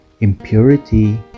impurity